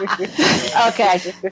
Okay